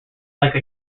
like